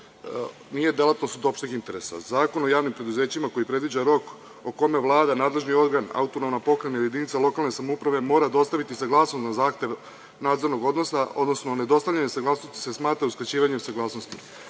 nije delatnost od opšteg interesa. Zakon o javnim preduzećima koji predviđa rok o kome Vlada, nadležni organ, AP, jedinica lokalne samouprave mora dostaviti saglasnost na zahtev nadzornog odbora, odnosno nedostavljanje saglasnosti se smatra ukraćivanjem saglasnosti. Naime,